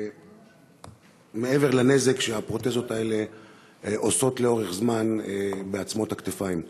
מעבר לנזק שהפרוטזות עושות לאורך זמן בעצמות הכתפיים.